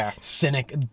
cynic